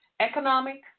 economic